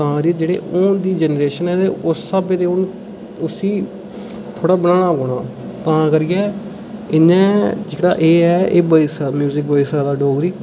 तां जे हून दी जनरेशन है उसी उस स्हाबे दा थोहडा बनाना पौना तां करियै जियां एह है बनी सकदा म्यूजिक डोगरी